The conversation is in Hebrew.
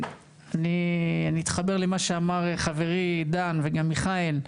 אני אתחבר למה שאמר חברי דן וגם מיכאל,